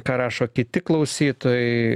ką rašo kiti klausytojai